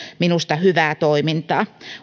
minusta hyvää toimintaa